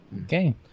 okay